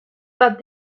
but